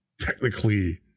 technically